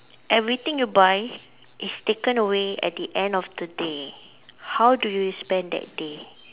everything you buy is taken away at the end of the day how do you spend that day